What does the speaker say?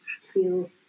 feel